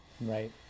right